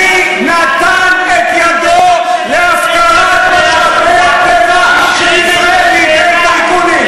מי נתן את ידו להפקרת משאבי הטבע של ישראל לידי טייקונים.